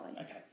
Okay